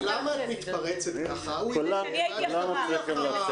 כי אני הייתי אחריו.